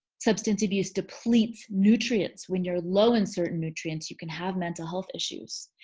substance abuse depletes nutrients. when you're low in certain nutrients you can have mental health issues.